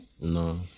No